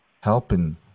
helping